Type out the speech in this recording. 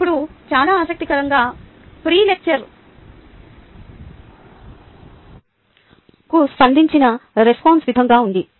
ఇప్పుడు చాలా ఆసక్తికరంగా ప్రీ లెక్చర్ ప్రతిస్పందన క్రింది విధంగా ఉంది